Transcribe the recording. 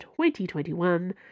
2021